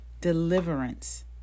deliverance